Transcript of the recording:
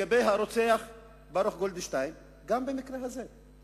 לגבי הרוצח ברוך גולדשטיין, וגם במקרה הזה.